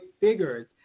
figures